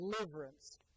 deliverance